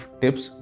tips